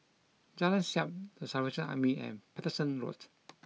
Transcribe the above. Jalan Siap The Salvation Army and Paterson Road